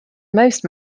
most